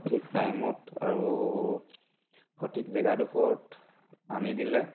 সঠিক টাইমত আৰু সঠিক জেগাডোখৰত আনি দিলে